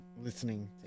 listening